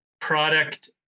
product